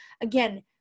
again